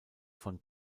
von